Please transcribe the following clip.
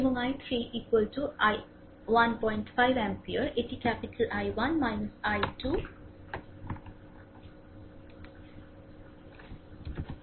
এবং I3 15 ampere এটি capital I1 - I2